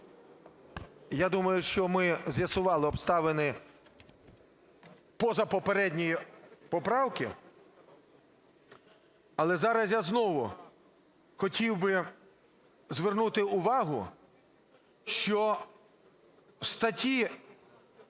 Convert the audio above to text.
Я думаю, що ми з'ясували обставини позапопередньої поправки, але зараз я знову хотів би звернути увагу, що контроль,